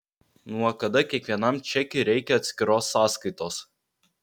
nuo kada kiekvienam čekiui reikia atskiros sąskaitos